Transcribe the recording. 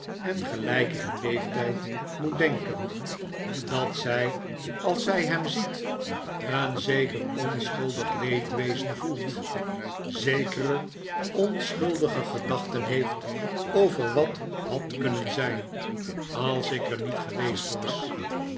en gelijke in leeftijd moet denken dat zij als zij hem ziet een zeker onschuldig leedwedavid copperfield zen voelt zekere onschuldige gedachten heeft over wat had kunnen zijn als ik er niet geweest was